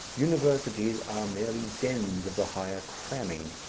universities are merely dens of the higher cramming,